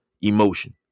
emotion